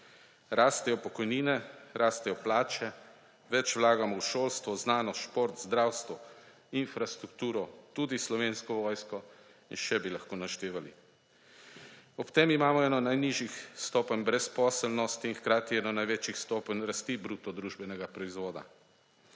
Rastejo pokojnine, rastejo plače, več vlagamo v šolstvo, znanost, šport, zdravstvo, infrastrukturo, tudi Slovensko vojsko in še bi lahko naštevali. Ob tem imamo eno najnižjih stopenj brezposelnosti in hkrati eno največjih stopenj rasti bruto družbenega proizvoda.